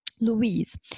Louise